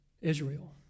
Israel